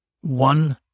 one